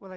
w